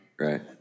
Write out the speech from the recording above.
Right